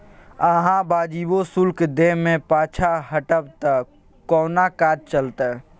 अहाँ वाजिबो शुल्क दै मे पाँछा हटब त कोना काज चलतै